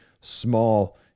small